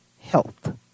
health